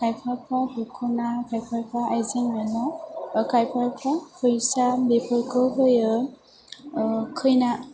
खायफाबा दख'ना खायफाबा आयजें आयला खायफाफ्रा फैसा बेफोरखौ होयो खैना